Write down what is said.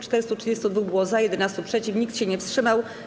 432 było za, 11 - przeciw, nikt się nie wstrzymał.